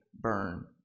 burn